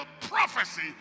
prophecy